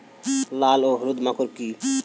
লাল ও হলুদ মাকর কী?